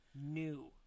New